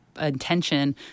intention